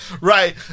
Right